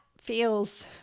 feels